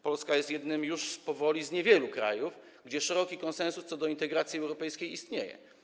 Polska jest jednym z już powoli niewielu krajów, gdzie szeroki konsensus co do integracji europejskiej istnieje.